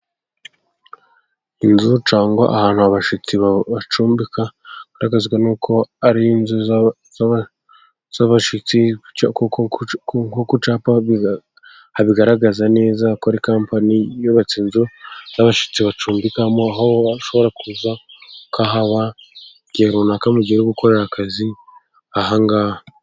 Inzu cyangwa ahantu abashyitsi bacumbika, hagaragazwa n'uko ari inzu z'abashyitsi, nkuko ku cyapa habigaragaza neza ko ari kampani yubatse inzu z'abashyitsi bacumbikamo, aho ushobora kuza ukahaba igihe runaka mugiye gukorera akazi ahangaha.